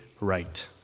right